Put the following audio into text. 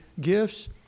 gifts